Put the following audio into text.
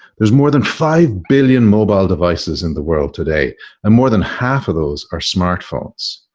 there's more than five billion mobile devices in the world today. and more than half of those are smart phones.